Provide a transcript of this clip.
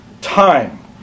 time